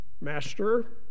Master